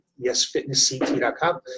yesfitnessct.com